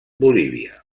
bolívia